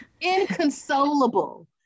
Inconsolable